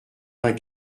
vingt